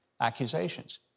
accusations